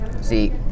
See